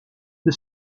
the